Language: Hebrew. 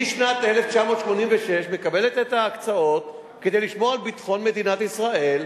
משנת 1986 היא מקבלת את ההקצאות כדי לשמור על ביטחון מדינת ישראל,